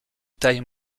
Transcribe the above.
taille